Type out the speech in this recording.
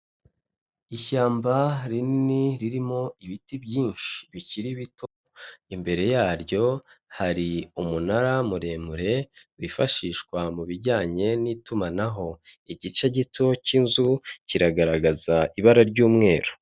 Ishyamba rinini ririmo ibiti byinshi bikiri bito, imbere yaryo hari umunara muremure wifashishwa mu bijyanye n'itumanaho, igice gito cy'inzu kiragaragaza ibara ry'umweru.